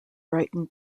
brighton